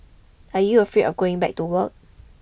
are you afraid going back to work